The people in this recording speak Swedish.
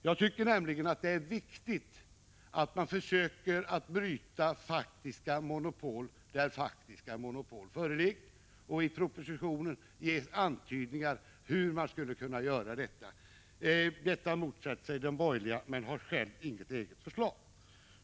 Jag tycker nämligen att det är viktigt att man försöker bryta faktiska monopol där faktiska monopol föreligger, och i propositionen ges antydningar om hur man skulle kunna göra detta. Detta motsätter sig de borgerliga men har själva inget förslag.